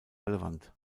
relevant